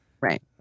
Right